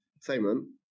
Simon